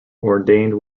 ordained